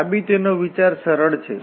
સાબિતી નો વિચાર સરળ છે